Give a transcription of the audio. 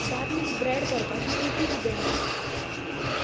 garlic bread करपाची कृती किदें